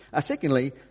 Secondly